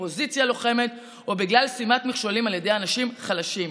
אופוזיציה לוחמת או בגלל שימת מכשולים על ידי אנשים חלשים.